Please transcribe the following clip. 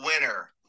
winner